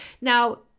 Now